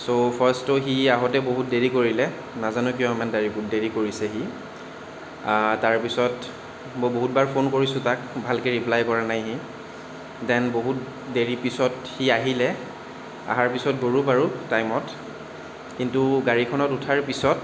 ছ' ফাৰ্ষ্টটো সি আহোঁতে বহুত দেৰি কৰিলে নাজানো কিয় ইমান দাৰি দেৰি কৰিছে সি তাৰ পিছত মই বহুতবাৰ ফোন কৰিছো তাক খুব ভালকে ৰিপ্লাই কৰা নাই দেন বহুত দেৰি পিছত সি আহিলে আহাৰ পিছত গ'লো বাৰু টাইমত কিন্তু গাড়ীখনত উঠাৰ পিছত